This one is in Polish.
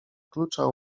klucza